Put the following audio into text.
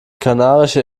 kanarische